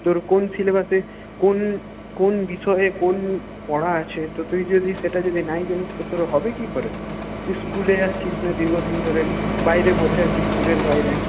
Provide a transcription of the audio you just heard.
তোর কোন সিলেবাসে কোন কোন বিষয়ে কোন পড়া আছে তো তুই যদি সেটা যদি না ই জানিস তো তোর হবে কি করে তুই স্কুলে যাচ্ছিস না দীর্ঘদিন ধরে বাইরে বসে আছিস স্কুলের বাইরে